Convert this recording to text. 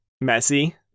messy